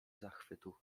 zachwytu